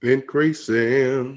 Increasing